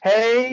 Hey